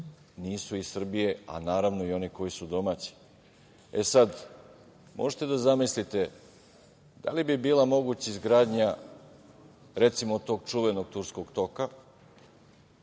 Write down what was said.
nisu iz Srbije, a naravno i oni koji su domaći. Možete da zamislite da li bi bila moguća izgradnja, recimo, tog čuvenog Turskog toka